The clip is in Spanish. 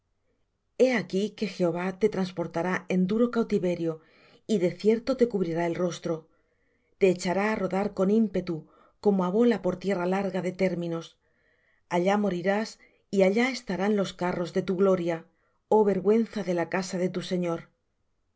he aquí que jehová te trasportará en duro cautiverio y de cierto te cubrirá el rostro te echará á rodar con ímpetu como á bola por tierra larga de términos allá morirás y allá estarán los carros de tu gloria oh vergüenza de la casa de tu señor